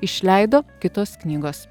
išleido kitos knygos